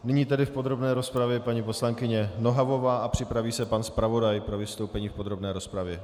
Nyní v podrobné rozpravě paní poslankyně Nohavová a připraví se pan zpravodaj pro vystoupení v podrobné rozpravě.